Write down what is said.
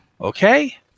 Okay